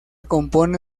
compone